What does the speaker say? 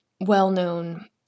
well-known